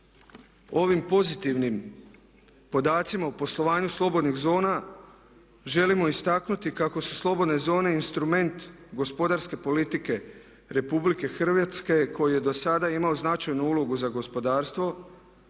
Ovim pozitivnim podacima u poslovanju slobodnih zona želimo istaknuti kako su slobodne zone instrument gospodarske politike Republike Hrvatske koji je dosada imao značajnu ulogu za gospodarstvo